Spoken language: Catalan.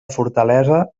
fortalesa